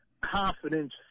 confidence